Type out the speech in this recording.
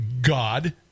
God